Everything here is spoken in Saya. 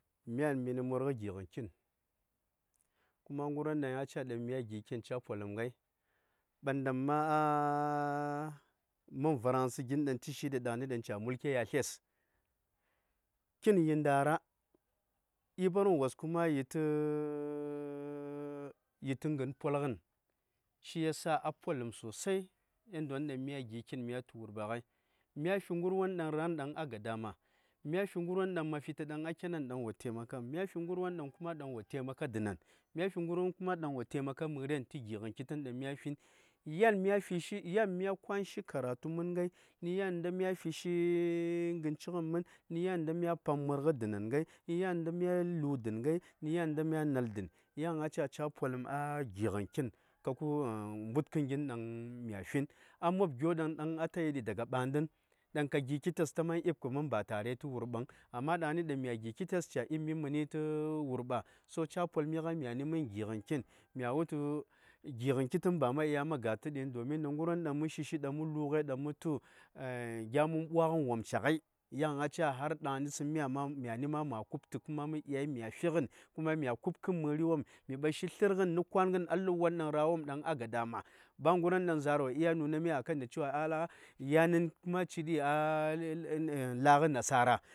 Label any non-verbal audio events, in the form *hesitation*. Myan, mh-nh murgh gi:ghn kitn. kuma Ngirwon dangh ca: dan mya gi: kitn ca polhmghai, banda mha mhn varagsə gin dan ci: dhi dhami dan ca: mə:s kha yalstes; Tsənghn nda:ra ɠiɓarghn wos *hesitation* yitə ghn polghn, gin ngha ca: a polhn mɓun-mɓun, nh nghn-won dan mya gi: mya tu wurɓa-ghai, mya fyi ngirwon mha tu:tu a khenen dang wo sommhmda mya fyi ngirwon dang som mhn dhn wopmi, mya fyi ngirwon dang wo sopm mhrenghai, dulgh kitn nhan may fyin. Yn mya gi: ktn, yan mya kwa:nshi karatu mhn-ghai, yan da mya ɠibshi *hesitation* nghn cighnai, yain da mya pang murgh dhnenghai, yan da mya na:l dhnghai, ya:n a ca ca: polhmgha gi:ghn kitn, kabkh mbutkhn gin dan mya fuin, a mob gyo dan a ta yi: ɓanɠhn, dan kha gi: kites kah mhan yel ta ɠi:p tə wurɓang, ɠangni kam dan mya gi: kites, yi tə wurɓa. to ca: polmhi ghai mya:ni mhn gi:ghn kitn; mya: wultu gi:ghn kitn mha dya mha ga: tə vhn nh durgh tu, kitn nh ngirwon dan mh shishi ghai, mh lu: ghai mh tu gya mhn ɓwaghn won ci:ghai, yan a ca myan ma; mya:ni ma ku:p mh dya:I, mhigha ku:p mhri won mhi ɓashi lhrghn a lub kwa:nghni: a lhb-won dan ra:won ca: su. Ba ngirwon dan za:r wo dya zhit mhi tu ya:nin, a tu:di a lhb nasara,